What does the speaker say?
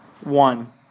one